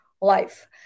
life